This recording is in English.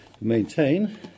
maintain